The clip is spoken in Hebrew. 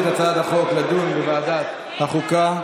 את הצעת החוק לדיון בוועדת החוקה,